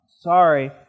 sorry